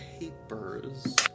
papers